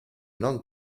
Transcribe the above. non